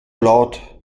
laut